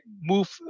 move